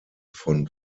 von